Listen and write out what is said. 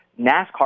NASCAR